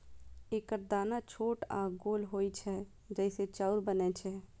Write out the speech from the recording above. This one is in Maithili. एकर दाना छोट आ गोल होइ छै, जइसे चाउर बनै छै